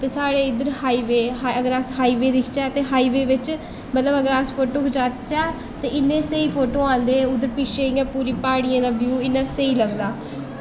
ते साढ़े इद्धर हाई वे अस हाइ वे दिखचै ते बिच्च अगर अस फोटो खचाचै ते इन्ने स्हेई फोटो औंदे उद्धर पिच्छें पूरी प्हाड़ियें दा व्यू इन्ना स्हेई लगदा